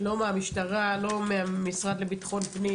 לא מהמשטרה ולא מהמשרד לביטחון הפנים